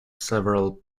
several